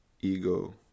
ego